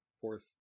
fourth